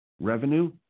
revenue